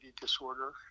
disorder